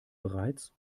bereits